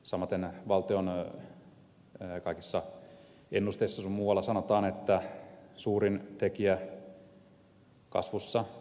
samaten valtion kaikissa ennusteissa sun muualla sanotaan että suurin tekijä kasvussa on tuottavuus työllisyys